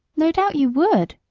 no doubt you would,